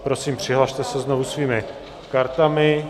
Prosím, přihlaste se znovu svými kartami.